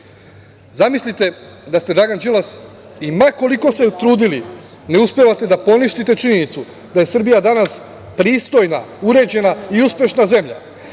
da ste Dragan Đilas i ma koliko se trudili ne uspevate da poništite činjenicu da je Srbija danas pristojna uređena i uspešna zemlja,